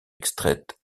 extraites